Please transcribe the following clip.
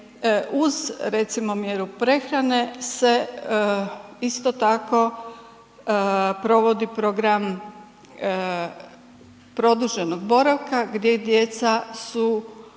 uz recimo mjeru prehrane se isto tako provodi program produženog boravka gdje djeca su